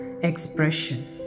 expression